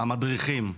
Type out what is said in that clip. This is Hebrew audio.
המדריכים,